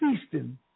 feasting